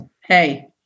Hey